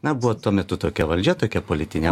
na buvo tuo metu tokia valdžia tokia politinė